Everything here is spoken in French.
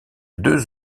deux